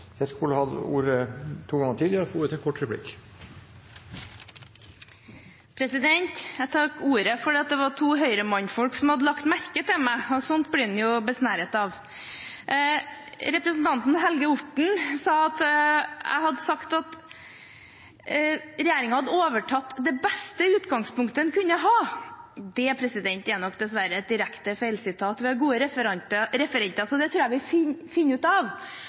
hatt ordet to ganger tidligere og får ordet til en kort merknad, begrenset til 1 minutt. Jeg tok ordet fordi det var to Høyre-mannfolk som hadde lagt merke til meg, og sånt blir man jo besnæret av. Representanten Helge Orten sa at jeg hadde sagt at regjeringen hadde overtatt det beste utgangspunktet en kunne ha. Det er nok dessverre et direkte feilsitat. Vi har gode referenter, så det tror jeg vi skal finne ut av.